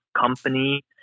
company